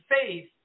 faith